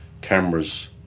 cameras